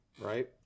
right